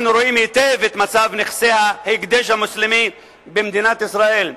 אנחנו רואים היטב את מצב נכסי ההקדש המוסלמי במדינת ישראל,